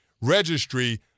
Registry